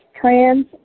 trans